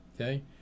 Okay